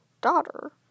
Daughter